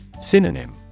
Synonym